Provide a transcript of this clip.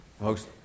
Folks